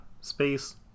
space